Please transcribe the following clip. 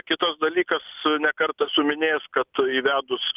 kitas dalykas ne kartą esu minėjęs kad įvedus